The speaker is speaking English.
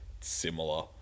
similar